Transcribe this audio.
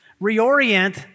reorient